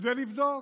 כדי לבדוק